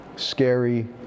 scary